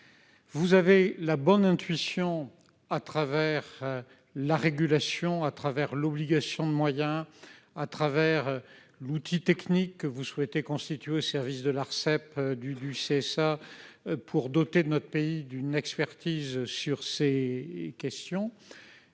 eu de bonnes intuitions, entre la régulation, l'obligation de moyens et l'outil technique que vous souhaitez constituer au service de l'Arcep et du CSA pour doter notre pays d'une expertise sur ces questions.